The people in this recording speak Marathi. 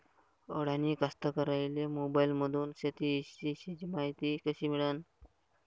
अडानी कास्तकाराइले मोबाईलमंदून शेती इषयीची मायती कशी मिळन?